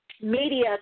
media